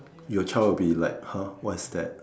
your child will be like !huh! what is that